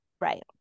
Right